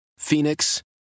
Phoenix